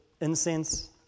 incense